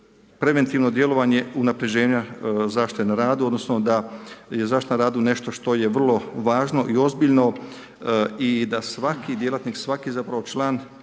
preventivno djelovanje unapređenja zaštite na radu odnosno da je zaštita na radu nešto što je vrlo važno i ozbiljno i da svaki djelatnik, svaki zapravo član